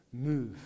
move